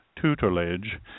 tutelage